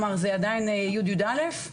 כלומר, זה עדיין י' יא'?